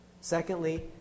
Secondly